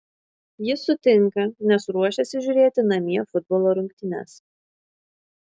jis sutinka nes ruošiasi žiūrėti namie futbolo rungtynes